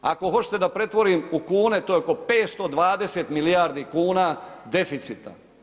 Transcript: Ako hoćete da pretvorim u kune to je oko 520 milijardi kuna deficita.